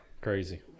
crazy